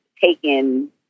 taken